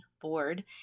board